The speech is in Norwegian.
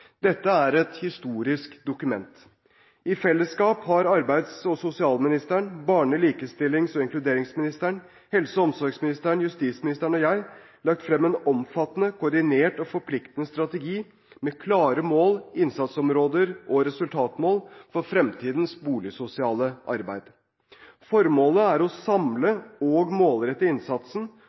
Dette er et historisk dokument. I fellesskap har arbeids- og sosialministeren, barne-, likestillings- og inkluderingsministeren, helse- og omsorgsministeren, justisministeren og jeg lagt frem en omfattende, koordinert og forpliktende strategi med klare mål, innsatsområder og resultatmål for fremtidens boligsosiale arbeid. Formålet er å samle og målrette innsatsen